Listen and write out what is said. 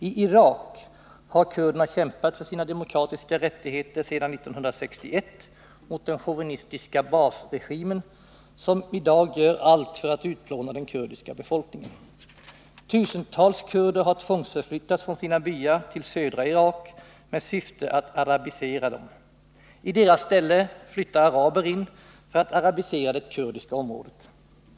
I Irak har kurderna kämpat för sina demokratiska rättigheter sedan 1961 mot den chauvinistiska Baathregimen, som idag gör allt för att utplåna den kurdiska befolkningen. Tusentals kurder har tvångsförflyttats från sina byar till södra Irak med syfte att arabisera dem. I deras ställe flyttar araber in för att arabisera det kurdiska området.